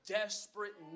desperate